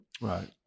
Right